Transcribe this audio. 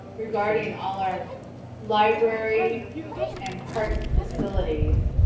regarding all our library and park facilities.